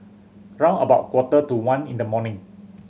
round about quarter to one in the morning